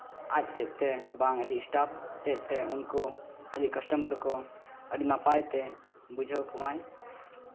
ᱟᱡ ᱛᱮᱫ ᱛᱮ ᱵᱟᱝ ᱟᱹᱡᱤᱡ ᱮᱥᱴᱟᱯᱷ ᱛᱮᱫ ᱛᱮ ᱩᱱᱠᱩ ᱟᱡᱤᱡ ᱠᱟᱥᱴᱚᱢᱟᱨ ᱠᱚ ᱟᱹᱰᱤ ᱱᱟᱯᱟᱭ ᱛᱮ ᱵᱩᱡᱷᱟᱹᱣ ᱠᱚᱢᱟᱭ